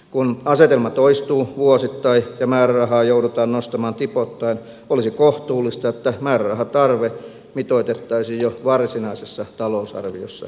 kun asetelma toistuu vuosittain ja määrärahaa joudutaan nostamaan tipoittain olisi kohtuullista että määrärahatarve mitoitettaisiin jo varsinaisessa talousarviossa riittäväksi